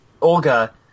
Olga